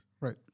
Right